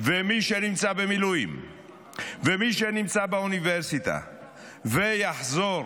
ומי שנמצא במילואים ומי שנמצא באוניברסיטה ויחזור,